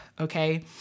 okay